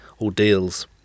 ordeals